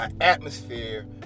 atmosphere